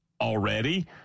already